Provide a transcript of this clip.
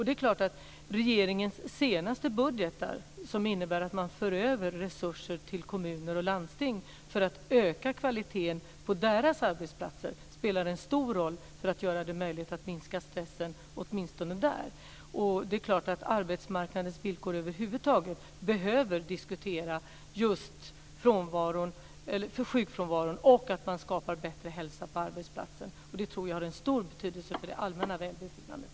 Det är klart att regeringens senaste budgetar, som innebär att man för över resurser till kommuner och landsting för att öka kvaliteten på arbetsplatserna där, spelar en stor roll när det gäller att göra det möjligt att minska stressen åtminstone där. Det är klart att arbetsmarknadens villkor över huvud taget behöver diskuteras. Det gäller just sjukfrånvaron och att man skapar bättre hälsa på arbetsplatsen. Det tror jag har en stor betydelse för det allmänna välbefinnandet.